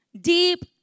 deep